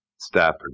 Stafford